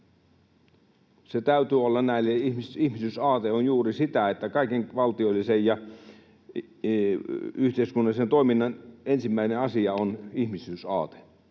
Sen täytyy olla näin, eli ihmisyysaate on juuri sitä, että kaiken valtiollisen ja yhteiskunnallisen toiminnan ensimmäinen asia on ihmisyysaate.